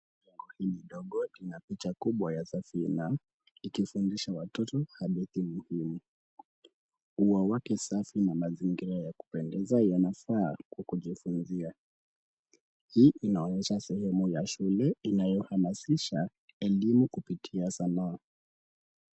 Jengo hili dogo lina picha kubwa ya safina, ikifundisha watoto hadithi muhimu. Ua wake safi, na mazingira yakupendeza, yanafaa kukojefu njia. Hii inaonyesha sehemu ya shule inayohamasisha elimu kupitia sanaa.